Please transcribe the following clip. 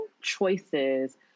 choices